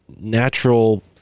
natural